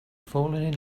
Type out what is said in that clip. fallen